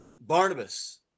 Barnabas